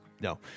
no